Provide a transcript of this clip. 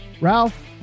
Ralph